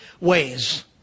ways